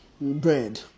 bread